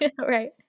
Right